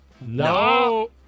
No